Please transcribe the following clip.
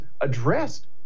addressed